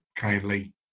kindly